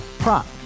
Prop